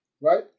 Right